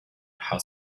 how